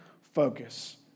focus